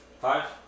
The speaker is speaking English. Five